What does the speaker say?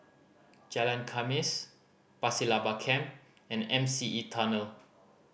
Jalan Khamis Pasir Laba Camp and M C E Tunnel